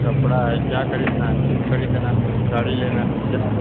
کپڑا ہے کیا خریدنا ہے سوٹ خریدنا ہے کہ ساری لینا ہے کیا ہے